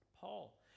Paul